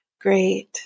Great